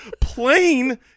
Plain